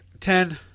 Ten